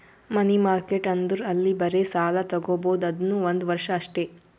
ಮನಿ market ಅಂದುರ್ ಅಲ್ಲಿ ಬರೇ ಸಾಲ ತಾಗೊಬೋದ್ ಅದುನೂ ಒಂದ್ ವರ್ಷ ಅಷ್ಟೇ